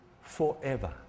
forever